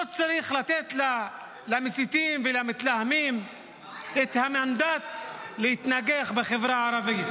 לא צריך לתת למסיתים ולמתלהמים את המנדט להתנגח בחברה הערבית,